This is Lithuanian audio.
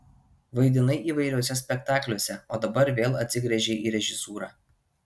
vaidinai įvairiuose spektakliuose o dabar vėl atsigręžei į režisūrą